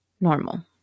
normal